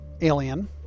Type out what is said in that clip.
alien